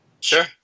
Sure